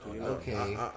Okay